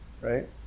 right